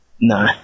No